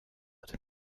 hat